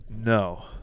No